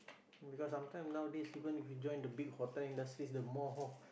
because sometimes nowadays even you join the big hotel industry the more